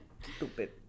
Stupid